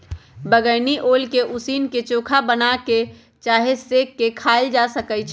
बइगनी ओल के उसीन क, चोखा बना कऽ चाहे सेंक के खायल जा सकइ छै